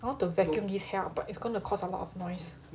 I want to vacuum this hair up but it's going to cause a lot of noise